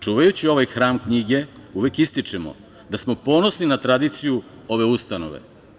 Čuvajući ovaj hram knjige, uvek ističemo da smo ponosni na tradiciju ove ustanove.